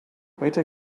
waiter